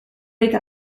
wake